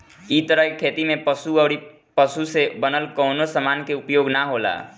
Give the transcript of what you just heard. इ तरह के खेती में पशु अउरी पशु से बनल कवनो समान के उपयोग ना होला